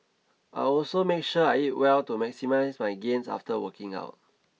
I also make sure I eat well to maximise my gains after working out